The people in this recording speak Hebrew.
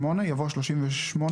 (הגנה על חושפי שחיתויות במשטרת ישראל ובשירות בתי הסוהר),